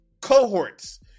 cohorts